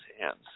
hands